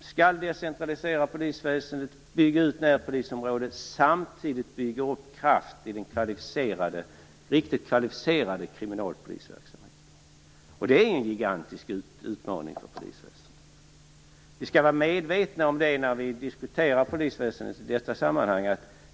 skall decentralisera polisväsendet och bygga ut närpolisområdet samtidigt som man skall bygga upp kraft i den riktigt kvalificerade kriminalpolisverksamheten. Det är en gigantisk utmaning för polisväsendet. Detta skall vi vara medvetna om när vi diskuterar polisväsendet i detta sammanhang.